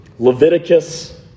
Leviticus